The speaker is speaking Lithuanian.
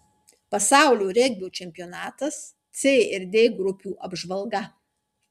pasaulio regbio čempionatas c ir d grupių apžvalga